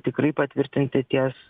tikrai patvirtinti ties